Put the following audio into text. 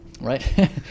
right